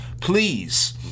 Please